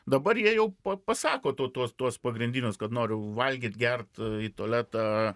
dabar jie jau pa pasako tuo tuos pagrindinius kad noriu valgyt gert į tualetą